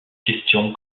question